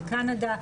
וקנדה.